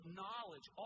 knowledge